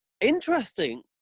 Interesting